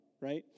right